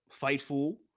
Fightful